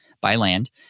Byland